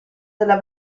della